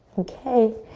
okay,